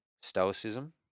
stoicism